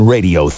Radio